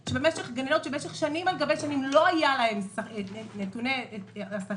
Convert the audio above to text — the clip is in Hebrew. גננות שבמשך שנים על גבי שנים לא היה להן נתוני שכר,